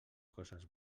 coses